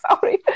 Sorry